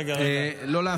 מיקי לוי,